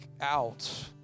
out